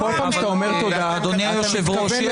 בכל פעם כשאתה אומר "תודה", אתה מתכוון ל"סתום".